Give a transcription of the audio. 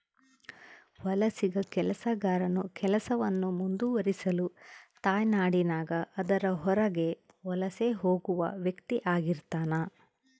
ವಲಸಿಗ ಕೆಲಸಗಾರನು ಕೆಲಸವನ್ನು ಮುಂದುವರಿಸಲು ತಾಯ್ನಾಡಿನಾಗ ಅದರ ಹೊರಗೆ ವಲಸೆ ಹೋಗುವ ವ್ಯಕ್ತಿಆಗಿರ್ತಾನ